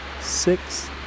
six